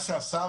השר,